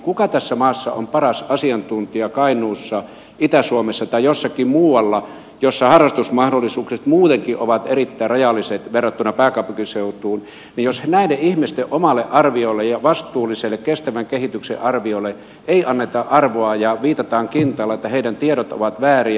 kuka tässä maassa on paras asiantuntija kainuussa itä suomessa tai jossakin muualla missä harrastusmahdollisuudet muutenkin ovat erittäin rajalliset verrattuna pääkaupunkiseutuun jos näiden ihmisten omalle arviolle vastuulliselle kestävän kehityksen arviolle ei anneta arvoa ja viitataan kintaalla että heidän tietonsa ovat vääriä